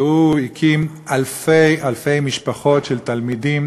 והוא הקים אלפי-אלפי משפחות של תלמידים